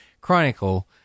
Chronicle